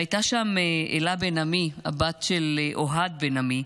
והייתה שם אלה בן עמי, הבת של אוהד בן עמי.